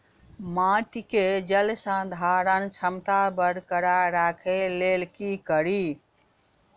माटि केँ जलसंधारण क्षमता बरकरार राखै लेल की कड़ी?